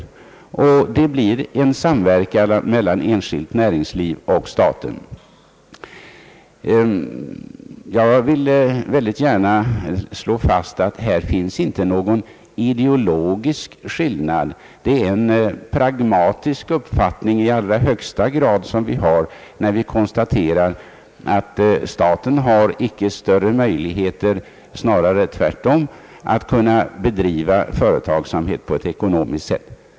näringspolitiken ler, och det blir då en samverkan mellan enskilt näringsliv och staten. Jag ville gärna slå fast att här inte finns någon ideologisk skillnad. Det är en pragmatisk uppfattning i allra högsta grad som vi har när vi konstaterar att staten icke har större möjligheter, snarare tvärtom, att bedriva företagsamhet på ett ekonomiskt sätt.